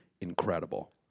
incredible